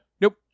nope